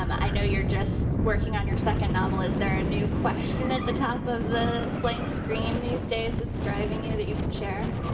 um i know you're just working on your second novel. is there a new question at the top of the blank screen these days that's driving you that you can share?